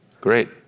Great